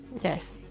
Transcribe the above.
Yes